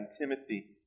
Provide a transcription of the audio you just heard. Timothy